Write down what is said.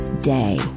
day